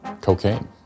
cocaine